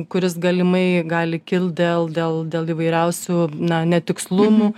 kuris galimai gali kilt dėl dėl dėl įvairiausių na netikslumų